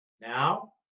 Now